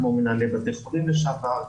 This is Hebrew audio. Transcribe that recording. כמו מנהלי בתי חולים לשעבר,